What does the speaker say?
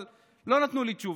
אבל לא נתנו לי תשובה.